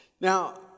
Now